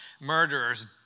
murderers